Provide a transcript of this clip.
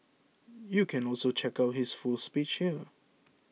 you can also check out his full speech here